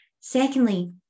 Secondly